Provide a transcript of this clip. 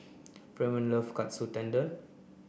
Fremont love Katsu Tendon